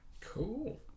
Cool